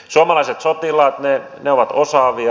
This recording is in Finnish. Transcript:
suomalaiset sotilaat ovat osaavia